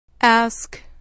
Ask